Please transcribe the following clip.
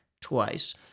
twice